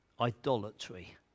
Idolatry